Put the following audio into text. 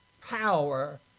power